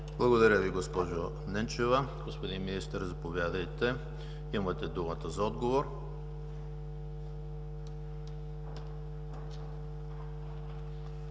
Благодаря Ви, госпожо Ненчева. Господин Министър, заповядайте. Имате думата за отговор.